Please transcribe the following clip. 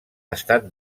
estat